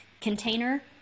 container